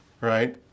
right